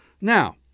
Now